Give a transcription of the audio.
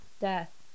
death